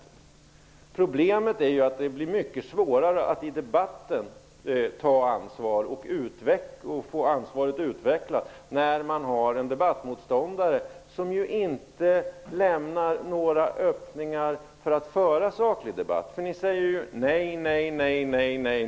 Problemet är ju att det blir mycket svårare att i debatten ta ansvar och utveckla det när man har en debattmotståndare som inte lämnar några öppningar för möjligheten att föra en saklig debatt. Ni säger ju bara nej, nej, nej!